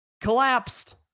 Collapsed